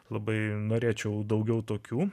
labai norėčiau daugiau tokių